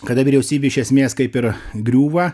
kada vyriausybė iš esmės kaip ir griūva